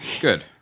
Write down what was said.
Good